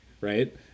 Right